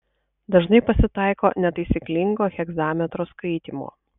dažnai pasitaiko netaisyklingo hegzametro skaitymo